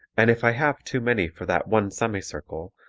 and if i have too many for that one semi-circle,